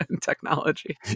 technology